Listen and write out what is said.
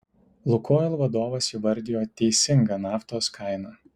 lukoil vadovas įvardijo teisingą naftos kainą